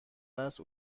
است